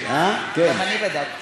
גם אני בדקתי.